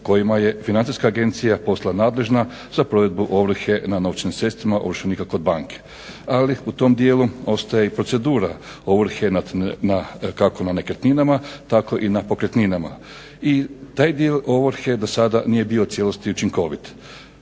kojima je Financijska agencija postala nadležna za provedbu ovrhe nad novčanim sredstvima ovršenika kod banke. Ali u tom dijelu ostaje i procedura ovrhe nad dakako nad nekretninama tako i nad pokretninama. I taj dio ovrhe dosada nije bio u cijelosti učinkovit.